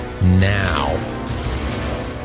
now